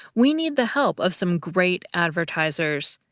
we need the help of some great advertisers.